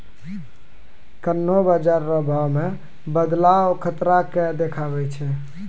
कोन्हों बाजार रो भाव मे बदलाव खतरा के देखबै छै